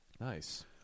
Nice